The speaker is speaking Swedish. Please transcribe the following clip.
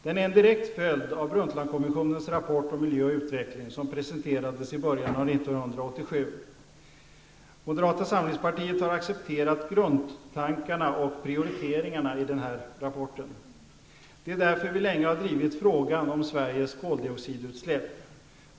Den är en direkt följd av Brundtlandkommissionens rapport om miljö och utveckling, som presenterades i början av 1987. Moderata samlingspartiet har accepterat grundtankarna och prioriteringarna i denna rapport. Det är därför vi länge har drivit frågan om Sveriges koldioxidutsläpp.